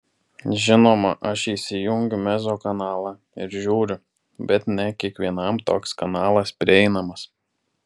žinoma aš įsijungiu mezzo kanalą ir žiūriu bet ne kiekvienam toks kanalas prieinamas